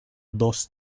dos